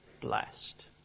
blessed